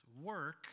work